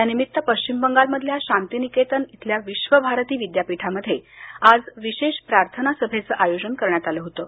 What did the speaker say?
या निमित्त पश्चिम बंगालमधल्या शांतीनिकेतन इथल्या विश्व भारती विद्यापीठामध्ये आज विशेष प्रार्थना सभेचं आयोजन करण्यात आल होतं